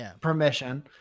permission